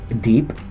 Deep